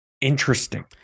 Interesting